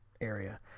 area